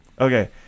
Okay